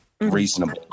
reasonable